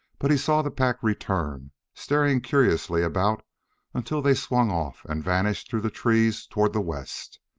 but he saw the pack return, staring curiously about until they swung off and vanished through the trees toward the west.